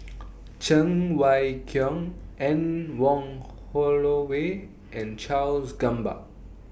Cheng Wai Keung Anne Wong Holloway and Charles Gamba